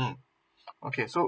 um okay so